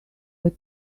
but